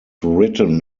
written